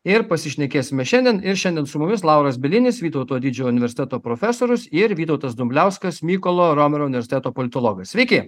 ir pasišnekėsime šiandien ir šiandien su mumis lauras bielinis vytauto didžiojo universiteto profesorius ir vytautas dumbliauskas mykolo romerio universiteto politologas sveiki